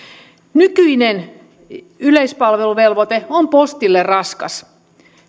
nykyinen yleispalveluvelvoite on postille raskas